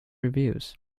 reviews